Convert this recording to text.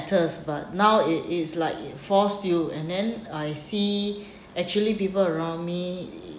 matters but now it it's like it force you and then I see actually people around me